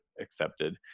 accepted